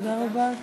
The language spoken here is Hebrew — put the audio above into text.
גברתי היושבת-ראש,